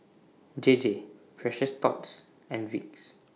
J J Precious Thots and Vicks